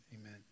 Amen